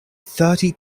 thirty